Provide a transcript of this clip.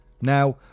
Now